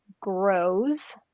grows